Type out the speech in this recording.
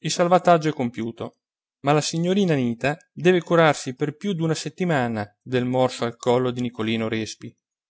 il salvataggio è compiuto ma la signorina anita deve curarsi per più d'una settimana del morso al collo di nicolino respi